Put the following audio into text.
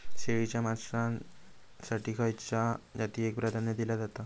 शेळीच्या मांसाएसाठी खयच्या जातीएक प्राधान्य दिला जाता?